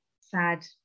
sad